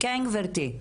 כן גברתי.